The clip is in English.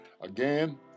again